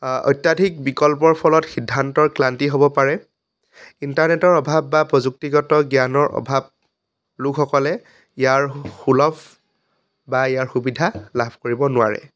অত্যাধিক বিকল্পৰ ফলত সিদ্ধান্তৰ ক্লান্তি হ'ব পাৰে ইণ্টাৰনেটৰ অভাৱ বা প্ৰযুক্তিগত জ্ঞানৰ অভাৱ লোকসকলে ইয়াৰ সুলভ বা ইয়াৰ সুবিধা লাভ কৰিব নোৱাৰে